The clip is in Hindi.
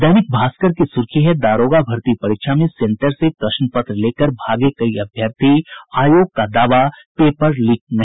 दैनिक भास्कर की सुर्खी है दारोगा भर्ती परीक्षा में सेंटर से प्रश्न पत्र लेकर भागे कई अभ्यर्थी आयोग का दावा पेपर लीक नहीं